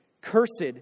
Cursed